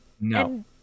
No